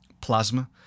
plasma